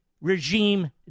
regime